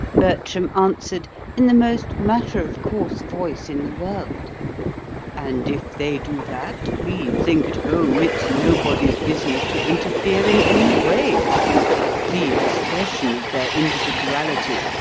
bertram answered in the most matter-of-course voice in the world and if they do that, we think at home it's nobody's business to interfere in any way with the free expression of their individuality,